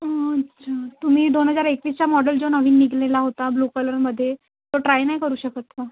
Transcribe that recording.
अच्छा तुम्ही दोन हजार एकवीसचा मॉडेल जो नवीन निघलेला होता ब्लू कलरमध्ये ट्राइ नाही करू शकत का